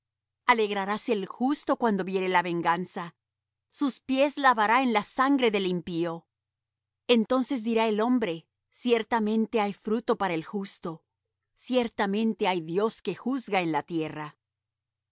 alegraráse el justo cuando viere la venganza sus pies lavará en la sangre del impío entonces dirá el hombre ciertamente hay fruto para el justo ciertamente hay dios que juzga en la tierra